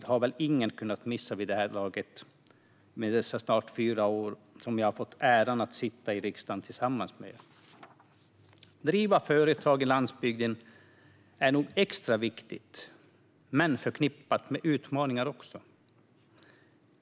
Det har väl ingen kunnat missa efter de snart fyra år som jag har haft äran att sitta i riksdagen tillsammans med er andra här i kammaren. Att driva företag i landsbygden är nog extra viktigt men också förknippat med utmaningar.